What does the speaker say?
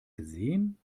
gesehen